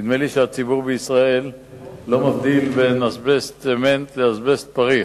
נדמה לי שהציבור בישראל לא מבדיל בין אזבסט צמנט לאזבסט פריך.